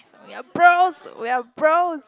ya bros we are bros